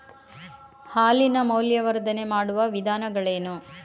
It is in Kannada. ಹಾಲಿನ ಮೌಲ್ಯವರ್ಧನೆ ಮಾಡುವ ವಿಧಾನಗಳೇನು?